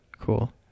Cool